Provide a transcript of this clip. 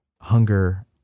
hunger